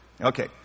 Okay